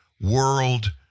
World